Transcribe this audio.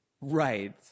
right